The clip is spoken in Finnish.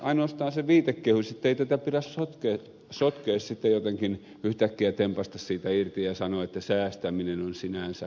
ainoastaan on se viitekehys ettei tätä pidä sotkea sitten jotenkin yhtäkkiä tempaista siitä irti ja sanoa että säästäminen on sinänsä hyvä